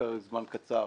שבפרק זמן קצר,